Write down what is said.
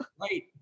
right